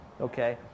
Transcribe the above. Okay